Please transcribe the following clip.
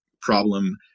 problem